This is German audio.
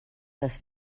das